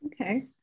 Okay